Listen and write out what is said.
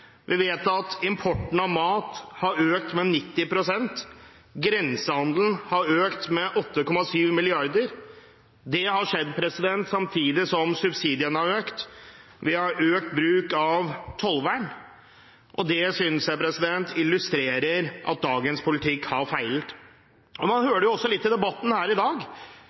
vi vet at importen av mat har økt med 90 pst., at grensehandelen har økt med 8,7 mrd. kr – det har skjedd samtidig som subsidiene har økt – og at vi har økt bruk av tollvern. Dette synes jeg illustrerer at dagens politikk har feilet. Man hører det også litt i debatten her i dag,